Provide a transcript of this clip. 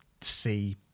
see